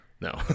No